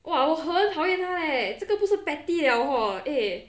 !wah! 我很讨厌他 leh 这个不是 petty liao hor eh